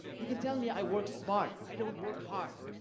you can tell me i work smart, i don't work hard.